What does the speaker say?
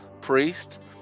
priest